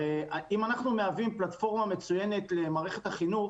אם אנחנו מהווים פלטפורמה מצוינת למערכת החינוך